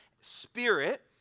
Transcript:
Spirit